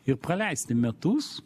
ir praleisti metus